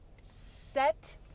set